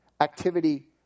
activity